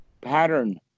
pattern